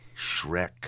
Shrek